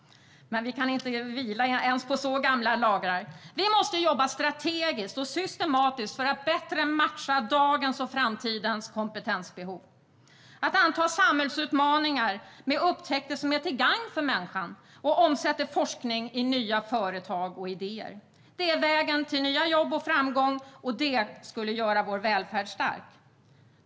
Men vi kan inte vila ens på så gamla lagrar. Vi måste jobba strategiskt och systematiskt för att bättre matcha dagens och framtidens kompetensbehov och anta samhällsutmaningar med upptäckter som är till gagn för människan och omsätter forskning i nya företag och idéer. Det är vägen till nya jobb och framgång, och det skulle göra vår välfärd stark.